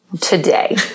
today